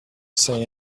say